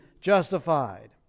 justified